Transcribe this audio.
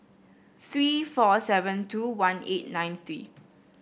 three four seven two one eight nine three